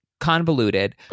Convoluted